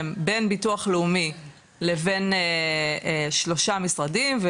בין ביטוח לאומי לבין שלושה משרדים,